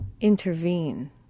intervene